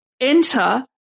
enter